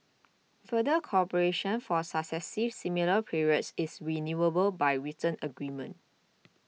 further cooperation for successive similar periods is renewable by written agreement